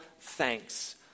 thanks